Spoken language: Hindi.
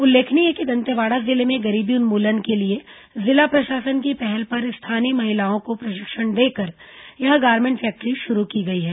उल्लेखनीय है कि दंतेवाड़ा जिले में गरीबी उन्मूलन के लिए जिला प्रशासन की पहल पर स्थानीय महिलाओं को प्रशिक्षण देकर यह गारमेंट फैक्ट्री शुरू की गई है